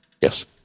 Yes